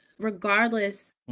regardless